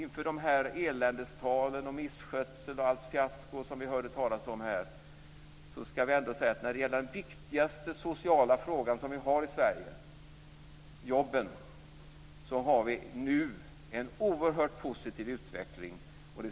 Inför eländestalen om misskötsel och allt fiasko som vi hörde talas om här har vi nu när det gäller den viktigaste sociala frågan vi har i Sverige, jobben, en oerhört positiv utveckling.